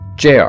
JR